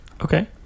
Okay